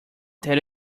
that